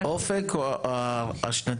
אופק או השנתיות?